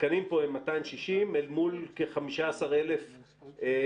התקנים כאן הם 260 אל מול כ-15,000 תסקירים